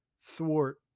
thwart